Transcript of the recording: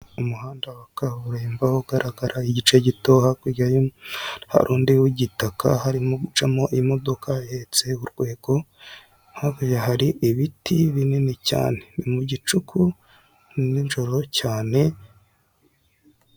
Umuhanda wa kaburimbo ugaragara igice gito hakurya y'umuhanda hari undi w'igitaka, harimo gucamo imodoka ihetse urwego, hakurya hari ibiti binini cyane. Ni mugicuku, ninjoro cyane.